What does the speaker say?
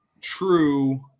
true